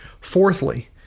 Fourthly